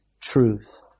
truth